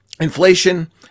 inflation